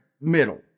middle